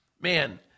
Man